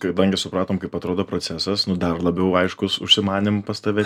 kadangi supratom kaip atrodo procesas nu dar labiau aiškus užsimanėm pas tave